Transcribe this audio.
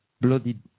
bloody